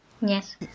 Yes